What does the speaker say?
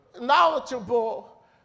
knowledgeable